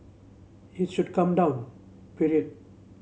it should come down period